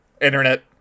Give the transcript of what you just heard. Internet